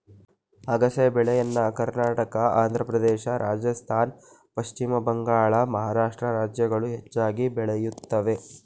ಅಗಸೆ ಬೆಳೆಯನ್ನ ಕರ್ನಾಟಕ, ಆಂಧ್ರಪ್ರದೇಶ, ರಾಜಸ್ಥಾನ್, ಪಶ್ಚಿಮ ಬಂಗಾಳ, ಮಹಾರಾಷ್ಟ್ರ ರಾಜ್ಯಗಳು ಹೆಚ್ಚಾಗಿ ಬೆಳೆಯುತ್ತವೆ